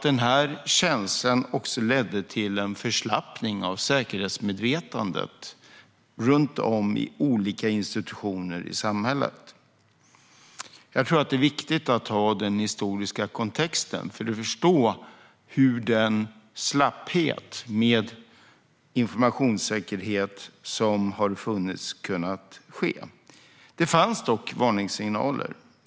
Den här känslan ledde till en förslappning av säkerhetsmedvetandet runt om i olika institutioner i samhället. Jag tror att det är viktigt att ha den historiska kontexten för att förstå hur den slapphet med informationssäkerhet som har funnits kunnat uppstå. Det fanns dock varningssignaler.